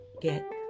get